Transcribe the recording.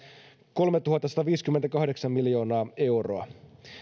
kolmetuhattasataviisikymmentäkahdeksan miljoonaa euroa